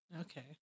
Okay